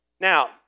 Now